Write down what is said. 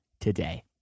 today